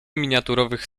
miniaturowych